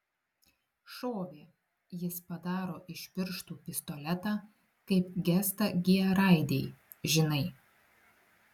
šovė jis padaro iš pirštų pistoletą kaip gestą g raidei žinai